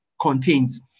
contains